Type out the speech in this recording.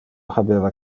habeva